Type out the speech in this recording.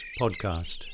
podcast